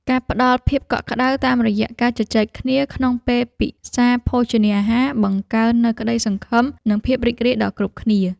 ការផ្តល់ភាពកក់ក្តៅតាមរយៈការជជែកគ្នាក្នុងពេលពិសាភោជនាអាហារ បង្កើននូវក្តីសង្ឃឹមនិងភាពរីករាយដល់គ្រប់គ្នា។